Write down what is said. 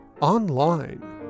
online